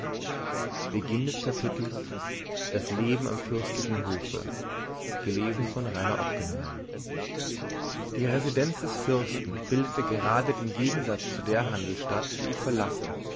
die residenz des fürsten bildete gerade den gegensatz zu der handelsstadt die ich verlassen